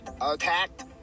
attacked